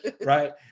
right